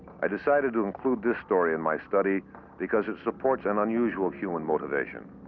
i decided to include this story in my study because it supports an unusual human motivation.